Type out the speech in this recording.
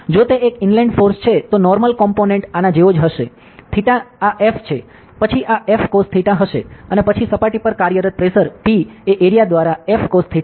જો તે એક ઇનલેંડ ફોર્સ છે તો નોર્મલ કોમ્પોનેંટ આના જેવો હશે θ આ F છે પછી આ F cos θ હશે અને પછી સપાટી પર કાર્યરત પ્રેશર P એ એરીયા દ્વારા F cos θ હશે